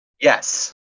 yes